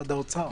ומשרד האוצר.